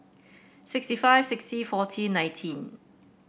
sixty five sixty forty nineteen